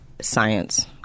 science